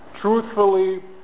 truthfully